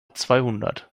zweihundert